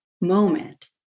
moment